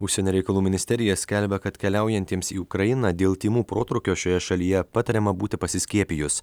užsienio reikalų ministerija skelbia kad keliaujantiems į ukrainą dėl tymų protrūkio šioje šalyje patariama būti pasiskiepijus